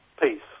peace